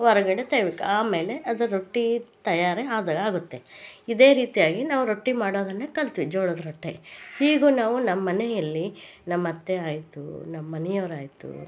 ಹೊರಗಡೆ ತೆಗಿಯಬೇಕು ಆಮೇಲೆ ಅದು ರೊಟ್ಟಿ ತಯಾರು ಆದ ಆಗುತ್ತೆ ಇದೇ ರೀತಿಯಾಗಿ ನಾವು ರೊಟ್ಟಿ ಮಾಡುವಾಗನೇ ಕಲ್ತ್ವಿ ಜೋಳದ ರೊಟ್ಟಿ ಈಗ ನಾವು ನಮ್ಮ ಮನೆಯಲ್ಲಿ ನಮ್ಮ ಅತ್ತೆ ಆಯಿತು ನಮ್ಮ ಮನೆಯವ್ರ ಆಯಿತು